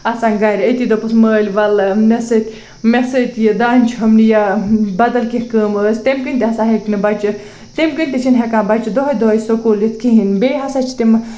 آسان گَرِ أتی دوٚپُس مٲلۍ وَلہٕ مےٚ سۭتۍ مےٚ سۭتۍ یہِ دانہِ چھۄمبنہِ یا بدل کیٚنہہ کٲم ٲس تَمہِ کِنۍ تہِ ہسا ہیٚکہِ نہٕ بَچہٕ یِتھ تَمہِ کِنۍ تہِ چھِنہٕ ہٮ۪کان بَچہٕ دۄہَے دۄہَے سُکوٗل یِتھ کِہیٖنۍ بیٚیہِ ہسا چھِ تِمہٕ